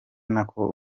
nako